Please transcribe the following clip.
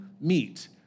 meet